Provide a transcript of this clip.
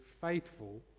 faithful